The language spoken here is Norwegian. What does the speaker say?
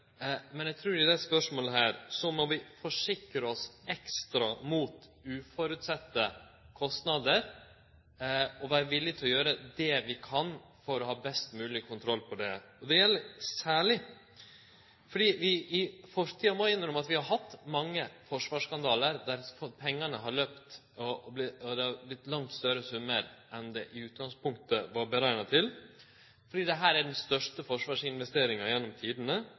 men eg trur at vi i dette spørsmålet må forsikre oss ekstra mot uventa kostnader og vere villige til å gjere det vi kan for å ha best mogleg kontroll på det. Særleg fordi vi må innrømme at vi i fortida har hatt mange forsvarsskandalar der pengane har løpt, og det har vorte langt større summar enn ein i utgangspunktet hadde berekna, må vi forsikre oss ekstra fordi dette er den største forsvarsinvesteringa gjennom tidene,